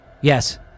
Yes